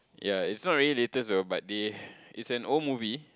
yea it's not really latest oh but they it's an old movie